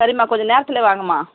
சரிம்மா கொஞ்சம் நேரத்துலேயே வாங்கம்மா